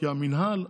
כי המינהל,